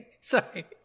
sorry